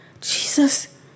Jesus